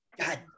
god